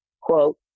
quote